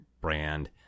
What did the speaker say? brand